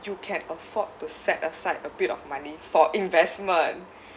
you can afford to set aside a bit of money for investment